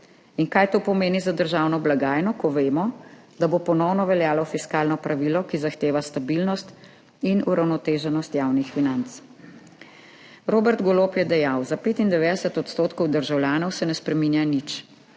In kaj to pomeni za državno blagajno, ko vemo, da bo ponovno veljalo fiskalno pravilo, ki zahteva stabilnost in uravnoteženost javnih financ? Robert Golob je dejal, da se za 95 % državljanov ne spreminja nič.